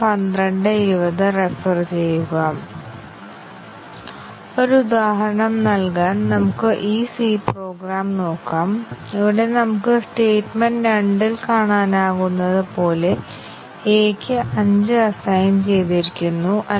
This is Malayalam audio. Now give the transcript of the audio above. അതിനാൽ ഒരു പാത്ത് ഒരു ലീനിയർ അഡിഷൻ ആണെങ്കിൽ രണ്ട് പാത്തുകളുടെ കൂട്ടിച്ചേർക്കലാണ് അത് ഒരു ലിനെയാർലി ഇന്ഡീപെൻഡെന്റ് പാത്ത് അല്ല